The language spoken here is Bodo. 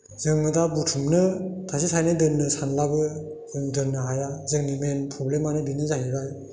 जोङो दा बुथुमनो थाइसे थाइनै दोननो सानब्लाबो जों दोननो हाया जोंनि मेन प्रब्लेमानो बेनो जाहैबाय